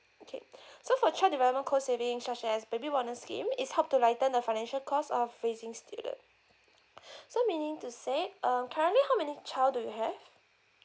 okay so for child development co savings such as baby bonus scheme is help to lighten the financial cost of raising children so meaning to say um currently how many child do you have